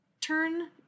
turn